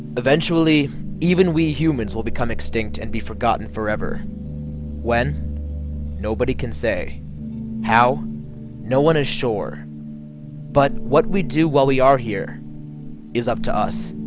eventually even we humans will become extinct and be forgotten forever when nobody can say how no one is sure but what we do while we are here is up to us